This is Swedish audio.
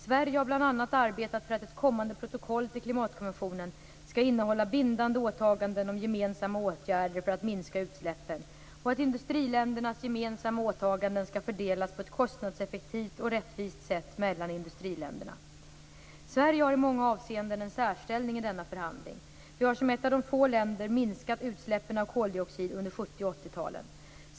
Sverige har bl.a. arbetat för att ett kommande protokoll till klimatkonventionen skall innehålla bindande åtaganden om gemensamma åtgärder för att minska utsläppen och att industriländernas gemensamma åtaganden skall fördelas på ett kostnadseffektivt och rättvist sätt mellan industriländerna. Sverige har i många avseenden en särställning i denna förhandling. Vi har som ett av få länder minskat utsläppen av koldioxid under 1970 och 1980-talen.